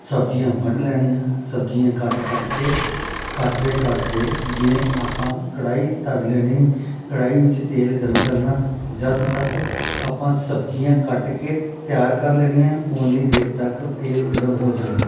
ਸਬਜ਼ੀਆਂ ਵੱਢ ਲੈਣੀਆ ਸਬਜ਼ੀਆਂ ਕੱਟ ਕੱਟ ਕੇ ਕੱਟਦੇ ਕੱਟਦੇ ਜਿਵੇਂ ਆਪਾਂ ਕੜਾਹੀ ਧਰ ਲੈਣੀ ਕੜਾਹੀ ਵਿੱਚ ਤੇਲ ਗਰਮ ਕਰਨਾ ਜਦੋਂ ਤੱਕ ਆਪਾਂ ਸਬਜ਼ੀਆਂ ਕੱਟ ਕੇ ਤਿਆਰ ਕਰ ਲੈਣੀਆ ਉੰਨੀ ਦੇਰ ਤੱਕ ਤੇਲ ਗਰਮ ਹੋ ਜਾਣਾ